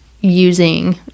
using